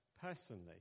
personally